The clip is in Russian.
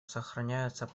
сохраняются